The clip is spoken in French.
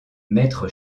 maître